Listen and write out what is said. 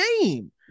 game